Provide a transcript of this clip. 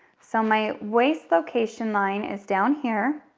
so my waist location line is down here,